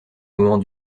moment